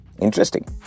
Interesting